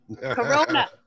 Corona